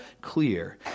clear